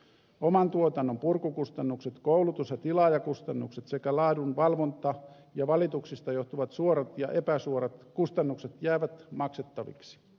oman tuotannon purkukustannukset koulutus ja tilaajakustannukset sekä laadun valvonta ja valituksista johtuvat suorat ja epäsuorat kustannukset jäävät maksettaviksi